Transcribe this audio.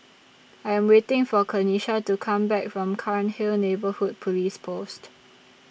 I Am waiting For Kenisha to Come Back from Cairnhill Neighbourhood Police Post